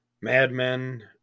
Madmen